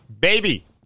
Baby